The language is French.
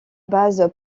base